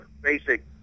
basic